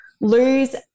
lose